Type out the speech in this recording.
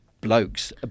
blokes